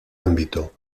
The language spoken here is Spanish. ámbito